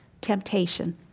temptation